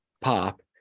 pop